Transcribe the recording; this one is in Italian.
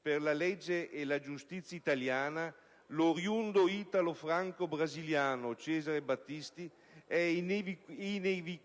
per la legge e la giustizia italiana l'oriundo italo-franco-brasiliano Cesare Battisti è